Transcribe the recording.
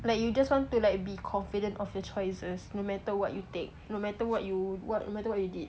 like you just want to like be confident of your choices no matter what you take no matter what you what no matter what you did